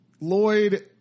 Lloyd